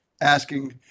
asking